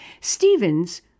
Stevens